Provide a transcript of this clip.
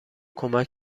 کمک